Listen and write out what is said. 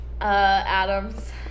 Adam's